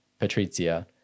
Patrizia